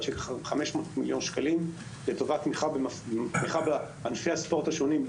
של 500 מיליון שקלים לטובת תמיכה בענפי הספורט השונים.